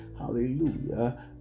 hallelujah